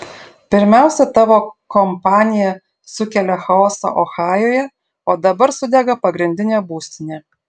pirmiausia tavo kompanija sukelia chaosą ohajuje o dabar sudega pagrindinė būstinė